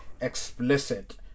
explicit